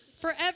forever